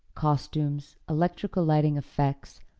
costumes, electrical lighting effects,